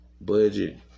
budget